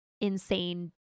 insane